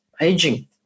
aging